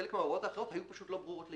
חלק מההוראות האחרות לא היו ברורות ליישום.